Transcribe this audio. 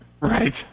Right